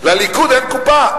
לליכוד אין קופה.